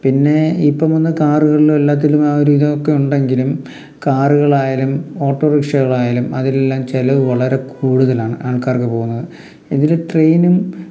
പിന്നെ ഇപ്പം വന്നു കാറുകളിലും എല്ലാത്തിലും ആ ഒരു ഇതൊക്കെ ഉണ്ടെങ്കിലും കാറുകളായാലും ഓട്ടോറിക്ഷകളായാലും അതിലെല്ലാം ചിലവ് വളരെ കൂടുതലാണ് ആൾക്കാർക്ക് പോകുന്നത് ഇതിൽ ട്രെയിനും